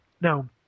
Now